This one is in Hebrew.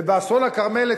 ובאסון הכרמל,